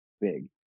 big